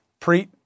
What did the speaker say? Preet